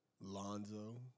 Lonzo